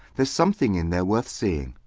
there's something in there worth seeing.